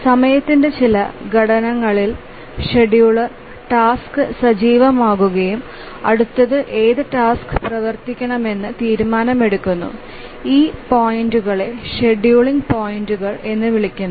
സമയത്തിന്റെ ചില ഘട്ടങ്ങളിൽ ഷെഡ്യൂളർ ടാസ്ക് സജീവമാവുകയും അടുത്തത് ഏത് ടാസ്ക് പ്രവർത്തിപ്പിക്കണമെന്ന് തീരുമാനമെടുക്കുന്ന ഈ പോയിന്റുകളെ ഷെഡ്യൂളിംഗ് പോയിന്റുകൾ എന്ന് വിളിക്കുന്നു